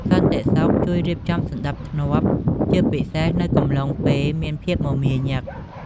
សន្តិសុខជួយរៀបចំសណ្តាប់ធ្នាប់ ជាពិសេសនៅកំឡុងពេលមានភាពមមាញឹក។